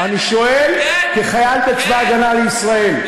כחייל בצבא ההגנה לישראל?